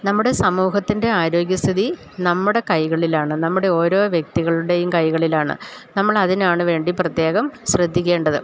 നമ്മുടെ സമൂഹത്തിൻ്റെ ആരോഗ്യസ്ഥിതി നമ്മുടെ കൈകളിലാണ് നമ്മുടെ ഓരോ വ്യക്തികളുടെയും കൈകളിലാണ് നമ്മളതിനാണ് വേണ്ടി പ്രത്യേകം ശ്രദ്ധിക്കേണ്ടത്